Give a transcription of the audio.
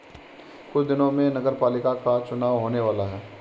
कुछ दिनों में नगरपालिका का चुनाव होने वाला है